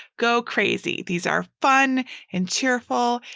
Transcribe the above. go crazy. these are fun and cheerful,